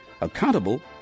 accountable